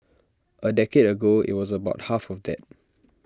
A decade ago IT was about half of that